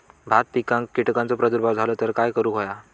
भात पिकांक कीटकांचो प्रादुर्भाव झालो तर काय करूक होया?